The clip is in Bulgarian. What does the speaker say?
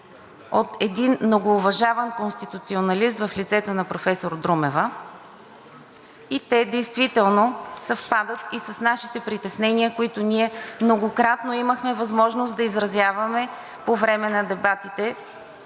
от един многоуважаван конституционалист в лицето на професор Друмева и те действително съвпадат и с нашите притеснения, които ние многократно имахме възможност да изразяваме по време на дебатите